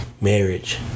marriage